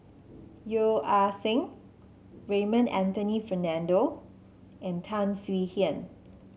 Yeo Ah Seng Raymond Anthony Fernando and Tan Swie Hian